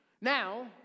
Now